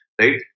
right